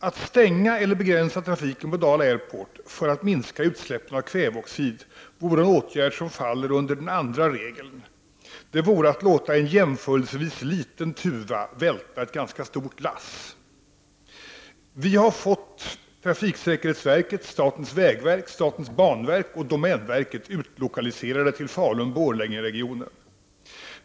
Att stänga flygplatsen eller att begränsa trafiken på Dala Airport för att minska utsläppen av kväveoxid vore att vidta en åtgärd som faller under den andra regeln — det skulle vara detsamma som att låta en jämförelsevis liten tuva välta ett ganska stort lass. Trafiksäkerhetsverket, statens vägverk, statens planverk och domänverket har utlokaliserats till Falun—Borlänge-regionen.